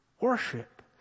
worship